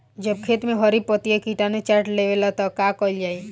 जब खेत मे हरी पतीया किटानु चाट लेवेला तऽ का कईल जाई?